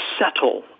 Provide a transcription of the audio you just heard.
settle